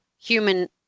human